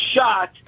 shot